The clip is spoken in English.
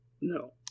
No